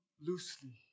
loosely